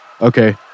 Okay